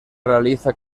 realiza